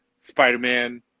Spider-Man